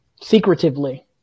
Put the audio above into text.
secretively